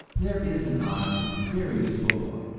there is an honest and very useful book,